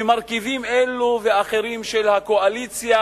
ממרכיבים אלה ואחרים של הקואליציה,